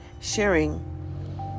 sharing